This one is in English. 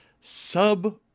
sub